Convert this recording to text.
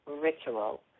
ritual